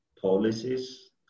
policies